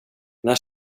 när